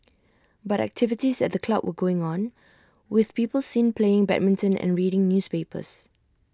but activities at the club were going on with people seen playing badminton and reading newspapers